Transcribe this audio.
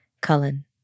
Cullen